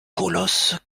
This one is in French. colosse